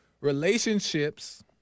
Relationships